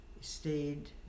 stayed